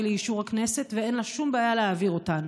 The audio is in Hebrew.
לאישור הכנסת ואין לה שום בעיה להעביר אותן,